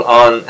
on